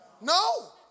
No